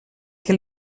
que